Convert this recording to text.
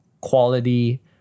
quality